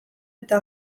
eta